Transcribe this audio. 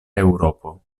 eŭropo